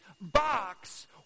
box